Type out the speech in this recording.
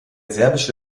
serbische